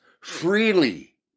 freely